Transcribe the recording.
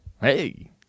Hey